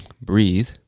Breathe